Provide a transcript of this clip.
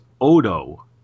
Odo